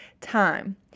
time